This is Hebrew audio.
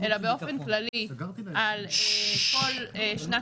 אלא באופן כללי לכל שנת תקציב בשנים הקודמות.